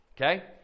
Okay